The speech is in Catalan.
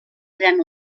durant